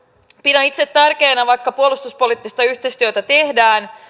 pidän itse tärkeänä vaikka puolustuspoliittista yhteistyötä tehdään